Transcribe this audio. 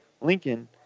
Lincoln